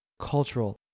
cultural